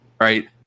right